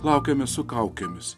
laukiame su kaukėmis